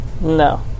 No